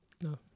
no